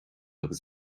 agus